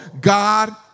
God